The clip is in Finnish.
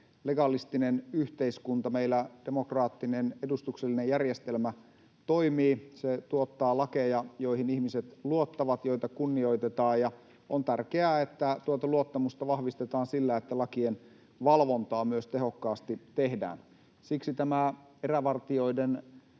legalistinen yhteiskunta. Meillä demokraattinen, edustuksellinen järjestelmä toimii, se tuottaa lakeja, joihin ihmiset luottavat ja joita kunnioitetaan, ja on tärkeää, että tuota luottamusta vahvistetaan sillä, että lakien valvontaa myös tehokkaasti tehdään. Siksi tämä erävartijoiden